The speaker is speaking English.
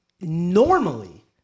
normally